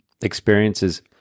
experiences